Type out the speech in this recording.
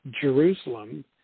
Jerusalem